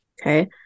Okay